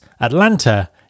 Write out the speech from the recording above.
Atlanta